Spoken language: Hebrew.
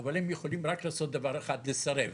אבל הם יכולים רק לעשות דבר אחד - לסרב.